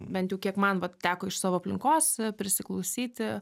bent jau kiek man teko iš savo aplinkos prisiklausyti